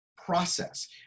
process